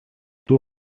two